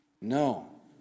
No